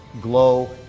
Glow